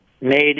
made